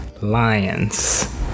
Lions